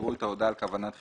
יראו את הודעה על כוונת חיוב,